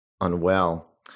unwell